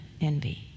envy